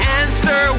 answer